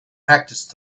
practice